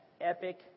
epic